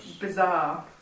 bizarre